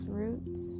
roots